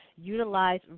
utilize